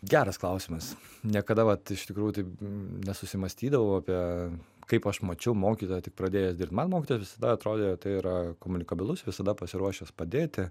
geras klausimas niekada vat iš tikrųjų taip nesusimąstydavau apie kaip aš mačiau mokytoją tik pradėjęs dirbt man mokytojas visada atrodė tai yra komunikabilus visada pasiruošęs padėti